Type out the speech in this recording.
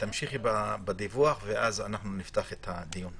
תמשיכי בדיווח, ואז נפתח את הדיון.